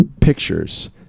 pictures